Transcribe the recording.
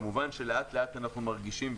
וכמובן שלאט לאט אנחנו מרגישים.